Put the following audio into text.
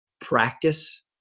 practice